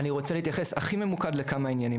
אני רוצה להתייחס הכי ממוקד לכמה עניינים,